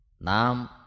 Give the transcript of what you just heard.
Nam